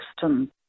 system